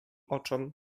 oczom